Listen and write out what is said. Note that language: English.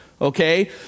Okay